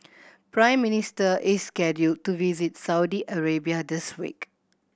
Prime Minister is scheduled to visit Saudi Arabia this week